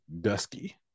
dusky